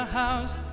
house